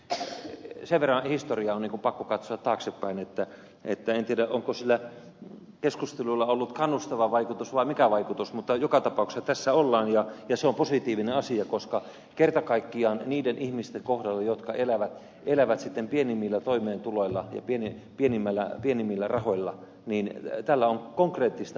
sen verran historiaa on pakko katsoa taaksepäin että en tiedä onko sillä keskustelulla ollut kannustava vaikutus vai mikä vaikutus mutta joka tapauksessa tässä ollaan ja se on positiivinen asia koska kerta kaikkiaan niiden ihmisten kohdalla jotka elävät pienimmillä toimeentuloilla ja pienimmillä rahoilla tällä on konkreettista merkitystä